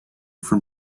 from